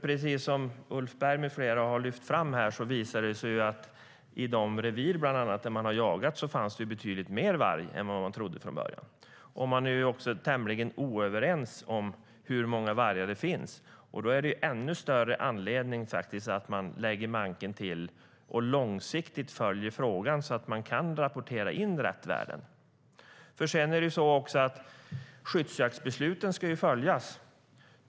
Precis som Ulf Berg med flera har lyft fram här har det visat sig att det i bland annat de revir där man har jagat fanns betydligt mer varg än man trodde från början. Man är också tämligen oense om hur många vargar det finns. Då finns det ännu större anledning att man lägger manken till och långsiktigt följer frågan så att man kan rapportera in rätt värden. Skyddsjaktsbesluten ska följas.